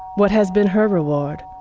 what has been her reward?